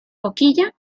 boquilla